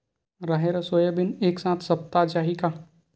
राहेर अउ सोयाबीन एक साथ सप्ता चाही का?